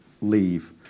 leave